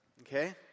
okay